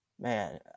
man